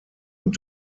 und